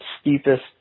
steepest